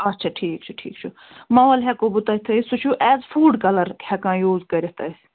اَچھا ٹھیٖک چھُ ٹھیٖک چھُ موَل ہٮ۪کو بہٕ تۄہہِ تھٲوِتھ سُہ چھُ ایٚز فُڈ کلر تہِ ہٮ۪کان یوٗز کٔرِتھ أسۍ